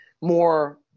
more